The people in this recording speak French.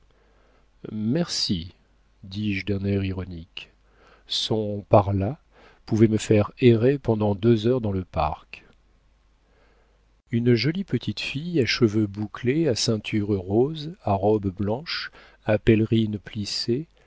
merci dis-je d'un air ironique son par là pouvait me faire errer pendant deux heures dans le parc une jolie petite fille à cheveux bouclés à ceinture rose à robe blanche à pèlerine plissée